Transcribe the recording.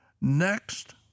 next